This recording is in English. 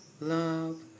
love